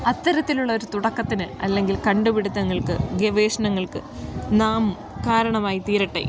അത്തരത്തിൽ ഉള്ളൊരു തുടക്കത്തിന് അല്ലെങ്കിൽ കണ്ടുപിടുത്തങ്ങൾക്ക് ഗവേഷണങ്ങൾക്ക് നാം കാരണമായി തീരട്ടെ